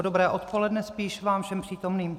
Dobré odpoledne vám všem přítomným.